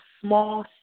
small